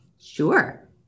Sure